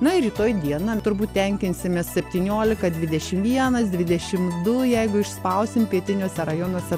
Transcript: na ir rytoj dieną turbūt tenkinsimės septyniolika dvidešim vienas dvidešim du jeigu išspausim pietiniuose rajonuose